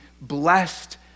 blessed